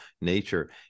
nature